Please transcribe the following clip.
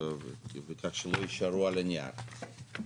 כך שלא ישארו על הנייר.